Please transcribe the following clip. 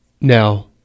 Now